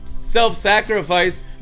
self-sacrifice